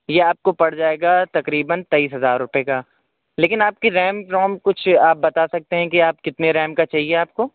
یہ آپ کو پڑ جائے گا تقریباً تیئیس ہزار روپیے کا لیکن آپ کی ریم روم کچھ آپ بتا سکتے ہیں کہ آپ کتنے ریم کا چاہیے آپ کو